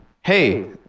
Hey